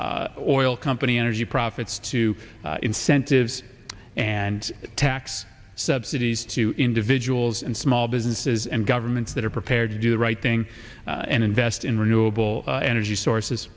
oil company energy profits to incentives and tax subsidies to individuals and small businesses and governments that are prepared to do the right thing and invest in renewable energy